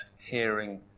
hearing